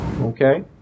okay